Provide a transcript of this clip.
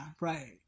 Right